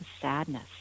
sadness